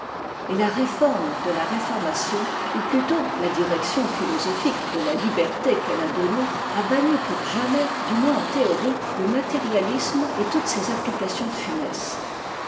et la réforme de la réformation ou plutôt la direction philosophique de la liberté qu'elle a donnée a banni pour jamais du moins en théorie le matérialisme et toutes ses applications funestes